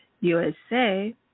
USA